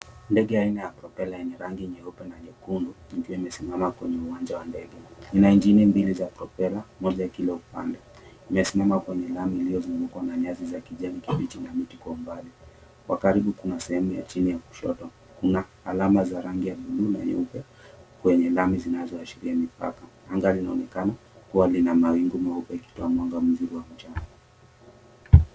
Ndege aina ya propela yenye rangi nyeupe na nyekundu ikiwa imesimama kwenye uwanja wa ndege ina injini mbili za propela moja kila upande. Imesimama kwenye lami iliyozungukwa na nyasi za kijani kibichi na miti kwa umbali. Kwa karibu kuna sehemu ya chini ya kushoto kuna alama za rangi ya buluu na nyeupe. Kwenye lami zinazoashiria mipaka. Anga linaonekana kuwa lina mawingu meupe ikitoa mwanga wa mchana.